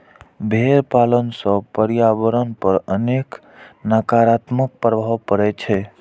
भेड़ पालन सं पर्यावरण पर अनेक नकारात्मक प्रभाव पड़ै छै